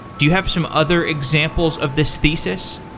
do you have some other examples of this thesis?